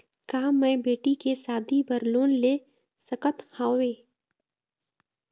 का मैं बेटी के शादी बर लोन ले सकत हावे?